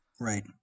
Right